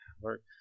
work